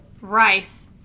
Rice